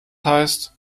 heißt